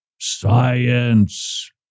science